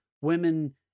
women